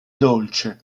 dolce